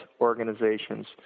organizations